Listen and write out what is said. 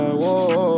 whoa